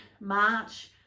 March